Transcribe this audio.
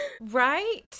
right